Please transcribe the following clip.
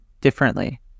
differently